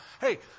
hey